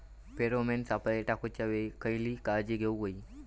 Pheromone सापळे टाकूच्या वेळी खयली काळजी घेवूक व्हयी?